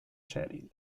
cheryl